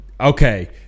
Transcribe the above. Okay